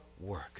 work